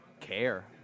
care